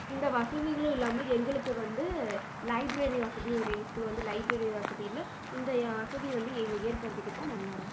இந்த வசதிகளும் இல்லாமல் எங்களுக்கு வந்து லைப்ரரி வசதியும் எங்கள் ஸ்கூலில் வந்து லைப்ரரி வசதி இல்லை இந்த வசதி வந்து எங்களுக்கு ஏற்படுத்தி கொடுத்தா நல்லாயிருக்கும்